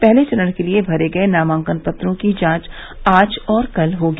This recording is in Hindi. पहले चरण के लिए भरे गये नामांकन पत्रों की जांच आज और कल होगी